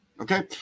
Okay